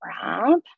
grab